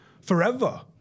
forever